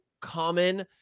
common